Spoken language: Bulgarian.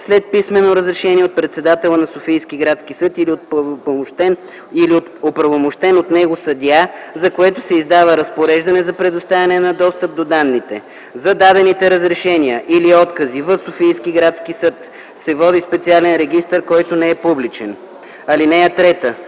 след писмено разрешение от председателя на Софийски градски съд или от оправомощен от него съдия, за което се издава разпореждане за предоставяне на достъп до данните. За дадените разрешения или откази в Софийски градски съд се води специален регистър, който не е публичен. (3)